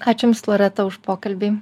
ačiū jums loreta už pokalbį